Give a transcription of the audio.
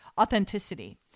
authenticity